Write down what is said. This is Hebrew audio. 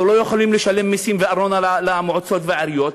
אנחנו לא יכולים לשלם מסים וארנונה למועצות ולעיריות